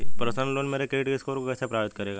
Personal loan मेरे credit score को कैसे प्रभावित करेगा?